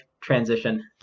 transition